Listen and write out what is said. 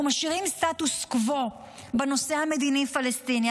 משאירים סטטוס קוו בנושא המדיני-פלסטיני,